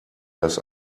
das